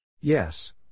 Yes